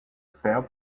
fair